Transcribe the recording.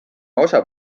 osa